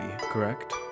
correct